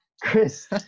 Chris